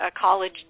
college